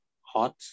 hot